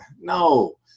No